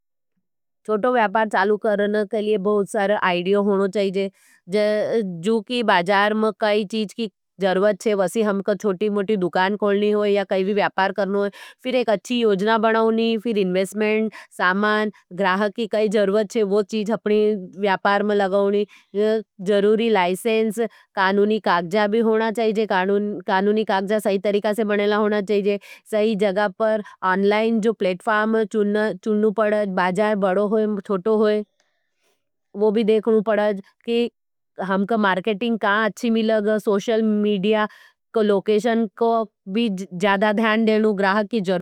छोटो व्यापार चालू करने के लिए बहुत सारे आईडियो होनो चाहिएज। ज जू की बाजार में काई चीज की जरुवत छे, वसी हमका छोटी-मोटी दुकान खोलनी होई या काई भी व्यापार करनी होई। फिर एक अच्छी योजना बनाओनी, फिर इंवेस्मेंट, सामान, ग्राह की काई जरुवत छे, वो चीज अपनी व्यापार में लगाओनी, जरूरी लाइसेंस, कानूनी कागजात भी होना चाहिए, कानूनी कागजात सही तरीका से बनेला होना चाहिए। अनलाइन जो प्लेटफॉर्म चुनना-चुनना पड़े, बाजार छोटो होय वो भी देखना पड़े कि हमका मार्केटिंग कहाँ अच्छी मिलेगी सोशल मीडिया का लोकैशन का भी ज्यादा ध्यान देयनू।